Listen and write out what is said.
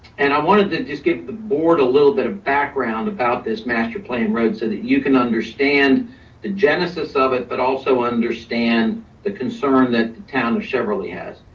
and i wanted to just give the board a little bit of background about this master plan road, so that you can understand the genesis of it, but also understand the concern that the town of cheverly has.